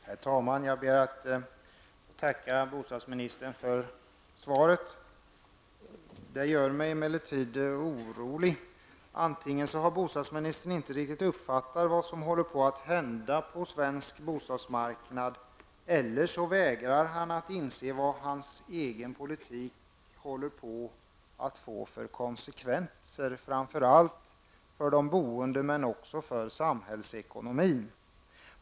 Herr talman! Jag ber att få tacka bostadsministern för svaret, som emellertid gör mig orolig. Antingen har bostadsministern inte riktigt uppfattat vad som håller på att hända på svensk bostadsmarknad eller också vägrar han att inse vilka konsekvenser hans egen politik håller på att få, framför allt för de boende men också för samhällsekonomin.